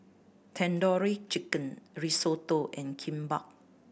Tandoori Chicken Risotto and Kimbap